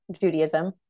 Judaism